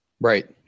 Right